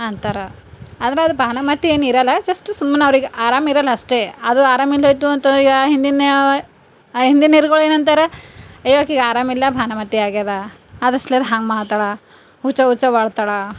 ಅಂತಾರ ಆದ್ರೆ ಅದು ಭಾನಾಮತಿ ಏನು ಇರಲ್ಲ ಜಸ್ಟ್ ಸುಮ್ನೆ ಅವ್ರಿಗೆ ಆರಾಮಿರಲ್ಲ ಅಷ್ಟೇ ಆದರೂ ಆರಾಮಿಲ್ಲದೇ ಹೋಯಿತು ಅಂತಂದರೆ ಈಗ ಹಿಂದಿನ ಹಿಂದಿನ ಹಿರುಗಳು ಏನಂತಾರೆ ಏ ಆಕಿಗೆ ಆರಾಮಿಲ್ಲ ಭಾನಮತಿ ಆಗ್ಯದ ಅದ್ರು ಸಲ್ವಾಗಿ ಹಂಗೆ ಮಾಡ್ತಾಳೆ ಹುಚ್ಚ ಹುಚ್ಚ ಮಾಡ್ತಾಳ